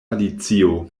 alicio